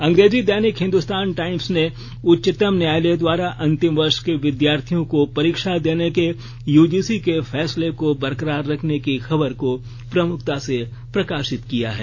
अंग्रेजी दैनिक हिंदुस्तान टाइम्स ने उच्चतम न्यायालय द्वारा अंतिम वर्ष के विद्यार्थियों को परीक्षा देने के यूजीसी के फैसले को बरकरार रखने की खबर को प्रमुखता से प्रकाशित किया है